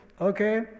okay